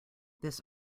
this